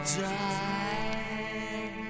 die